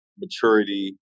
maturity